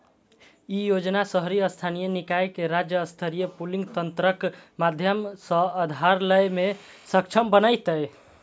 ई योजना शहरी स्थानीय निकाय कें राज्य स्तरीय पूलिंग तंत्रक माध्यम सं उधार लै मे सक्षम बनेतै